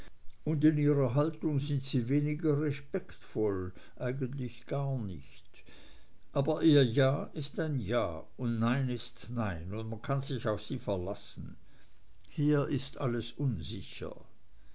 und in ihrer haltung sind sie weniger respektvoll eigentlich gar nicht aber ihr ja ist ja und nein ist nein und man kann sich auf sie verlassen hier ist alles unsicher